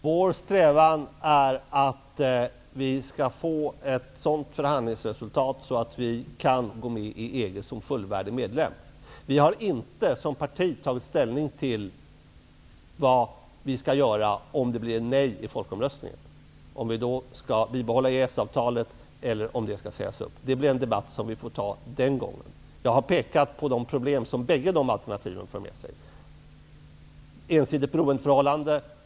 Herr talman! Vår strävan är att vi skall få ett sådant förhandlingsresultat att Sverige kan gå med i EG Centern har inte tagit ställning till vad som skall göras om det blir nej i folkomröstningen, om EES avtalet då skall bibehållas eller om det skall sägas upp. Det blir en debatt som vi får föra då. Jag har pekat på de problem som bägge dessa alternativ för med sig. Om vi har kvar EES lösningen blir det ett ensidigt beroendeförhållande.